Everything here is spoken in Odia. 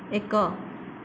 ଏକ